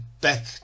back